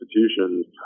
institutions